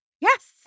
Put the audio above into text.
Yes